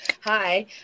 Hi